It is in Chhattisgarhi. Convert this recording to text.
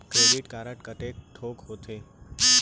क्रेडिट कारड कतेक ठोक होथे?